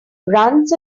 runs